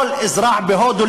כל אזרח בהודו,